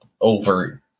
over